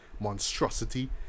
monstrosity